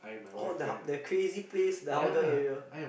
oh the that crazy place the Hougang area